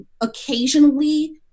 occasionally